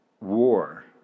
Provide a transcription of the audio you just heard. war